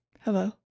Hello